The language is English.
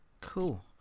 cool